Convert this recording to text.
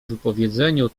wypowiedzeniu